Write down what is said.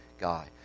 guy